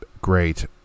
Great